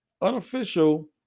unofficial